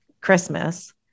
Christmas